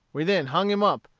we then hung him up,